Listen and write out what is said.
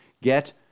get